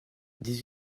dix